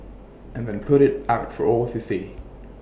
and then put IT out for all to see